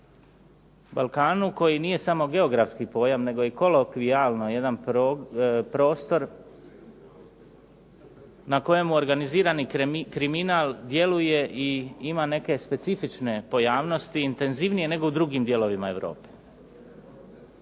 Balkanu koji nije samo geografski pojam nego i kolokvijalno jedan prostor na kojemu organizirani kriminal djeluje i ima neke specifične pojavnosti intenzivnije nego u drugim dijelovima Europe.